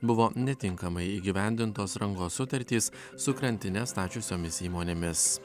buvo netinkamai įgyvendintos rangos sutartys su krantines stačiusiomis įmonėmis